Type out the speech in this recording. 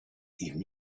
even